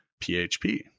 PHP